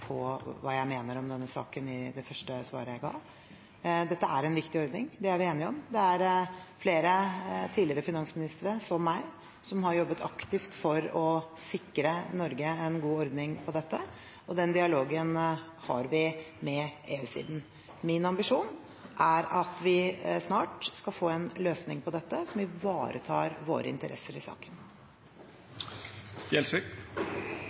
på hva jeg mener om denne saken i det første svaret jeg ga. Dette er en viktig ordning, det er vi enige om. Det er flere tidligere finansministere, som jeg, som har jobbet aktivt for å sikre Norge en god ordning på dette, og den dialogen har vi med EU-siden. Min ambisjon er at vi snart skal få en løsning på dette som ivaretar våre interesser i